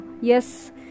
Yes